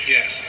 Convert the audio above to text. Yes